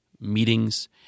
meetings